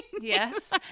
yes